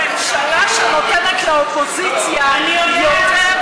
ממשלה שנותנת לאופוזיציה יותר,